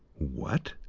what,